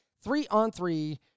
three-on-three